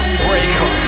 breaker